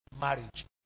marriage